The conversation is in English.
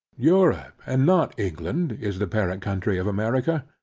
europe, and not england, is the parent country of america.